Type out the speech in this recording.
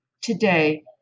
today